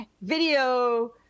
video